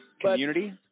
community